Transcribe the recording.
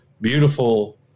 beautiful